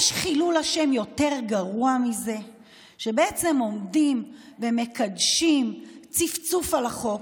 יש חילול השם יותר גרוע מזה שבעצם עומדים ומקדשים צפצוף על החוק,